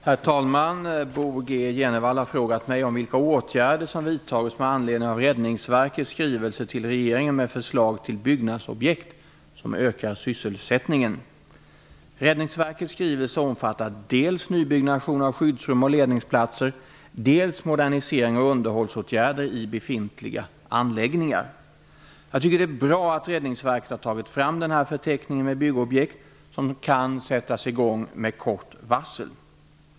Herr talman! Bo G Jenevall har frågat mig vilka åtgärder som vidtagits med anledning av Rädd ningsverkets skrivelse till regeringen med förslag till byggnadsobjekt som ökar sysselsättningen. Räddningsverkets skrivelse omfattar dels ny byggnation av skyddsrum och ledningsplatser, dels modernisering och underhållsåtgärder i be fintliga anläggningar. Jag tycker att det är bra att Räddningsverket har tagit fram den här förteckningen med byggo bjekt som kan sättas i gång med kort varsel.